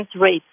rates